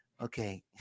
Okay